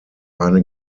eine